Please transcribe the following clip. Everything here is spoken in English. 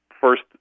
first